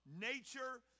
nature